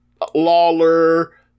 Lawler